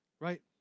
Right